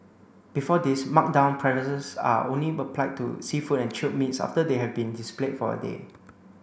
before this marked down prices are only applied to seafood and chilled meats after they have been displayed for a day